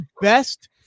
best